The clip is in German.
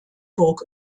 burg